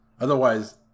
Otherwise